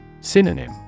Synonym